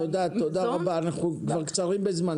תודה רבה, אנחנו כבר קצרים בזמן.